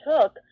took